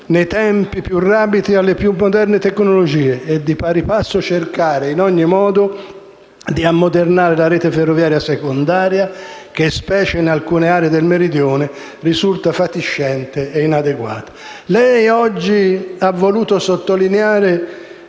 nei tempi più rapidi alle più moderne tecnologie, e di pari passo cercare in ogni modo di ammodernare la rete ferroviaria secondaria che, specie in alcune aree del Meridione, risulta fatiscente e inadeguata. Signor Ministro, lei oggi ha voluto sottolineare